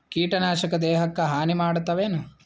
ಕೀಟನಾಶಕ ದೇಹಕ್ಕ ಹಾನಿ ಮಾಡತವೇನು?